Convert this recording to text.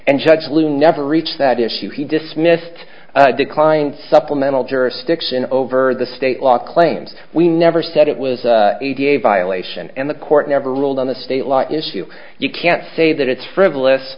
lou never reached that issue he dismissed declined supplemental jurisdiction over the state law claims we never said it was a violation and the court never ruled on the state law issue you can't say that it's frivolous